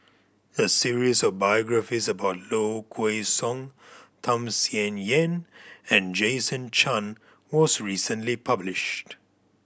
a series of biographies about Low Kway Song Tham Sien Yen and Jason Chan was recently published